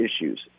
issues